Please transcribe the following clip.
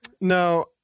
no